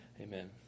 Amen